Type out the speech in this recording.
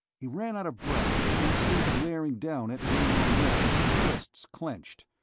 he ran out of breath and stood glaring down at raynor one, fists clenched.